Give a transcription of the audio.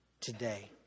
today